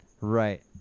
Right